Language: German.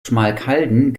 schmalkalden